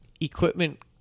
equipment